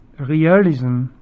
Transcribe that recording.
realism